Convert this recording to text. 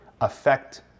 affect